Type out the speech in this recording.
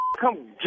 come